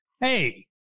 Hey